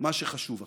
מה שחשוב עכשיו.